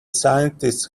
scientists